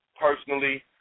Personally